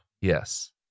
Yes